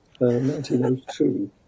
1902